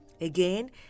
Again